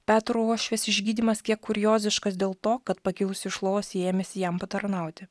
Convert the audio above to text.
petro uošvės išgydymas kiek kurioziškas dėl to kad pakilusi iš lovos ji ėmėsi jam patarnauti